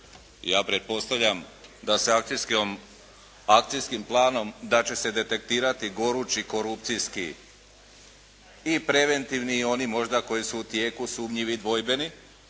Ja pretpostavljam da se akcijskom, akcijskim planom da će se detektirati gorući korupcijski i preventivni i oni možda koji su u tijeku sumnjivi, dvojbeni